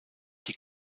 die